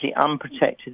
unprotected